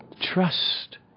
Trust